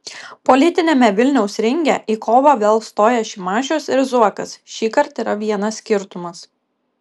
politiniame vilniaus ringe į kovą vėl stoja šimašius ir zuokas šįkart yra vienas skirtumas